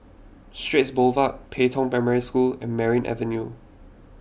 Straits Boulevard Pei Tong Primary School and Merryn Avenue